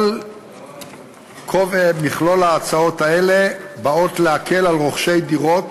כל מכלול ההצעות הזה בא להקל על רוכשי דירות